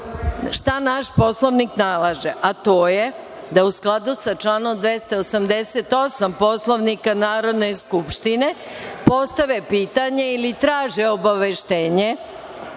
šta naš Poslovnik nalaže, a to je da u skladu sa članom 288 Poslovnika Narodne skupštine postave pitanje ili traže obaveštenje